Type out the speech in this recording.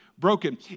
broken